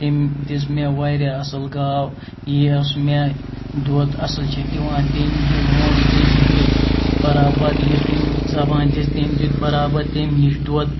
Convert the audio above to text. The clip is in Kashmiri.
تمۍ دِژ مےٚ واریاہ اَصل گاو یۄس مےٚ دۄد اَصل چھِ دِوان تٔمۍ یہِ ووٚن تٔمۍ دیُت بَرابَد یہِ تٔمۍ زَبان دِژ تٔمۍ دیُت بَرابَد تٔمۍ نِش دۄد